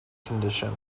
condition